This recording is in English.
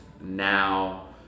now